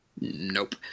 Nope